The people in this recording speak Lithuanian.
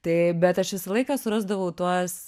tai bet aš visą laiką surasdavau tuos